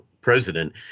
president